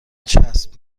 چسب